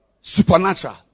Supernatural